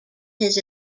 his